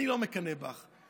אני לא מקנא בך.